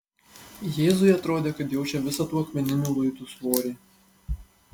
jėzui atrodė kad jaučia visą tų akmeninių luitų svorį